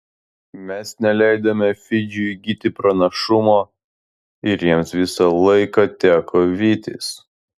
mes neleidome fidžiui įgyti pranašumo ir jiems visą laiką teko vytis